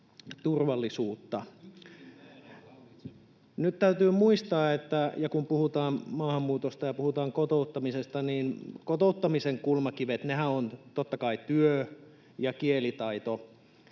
Nyt täytyy muistaa, kun puhutaan maahanmuutosta ja puhutaan kotouttamisesta, että kotouttamisen kulmakivethän ovat totta kai työ ja kielitaito.